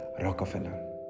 Rockefeller